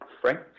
Frank